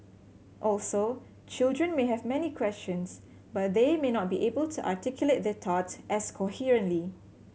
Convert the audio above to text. also children may have many questions but they may not be able to articulate their thoughts as coherently